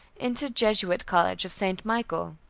entered jesuit college of st. michel.